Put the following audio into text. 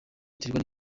iterwa